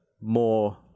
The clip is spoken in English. more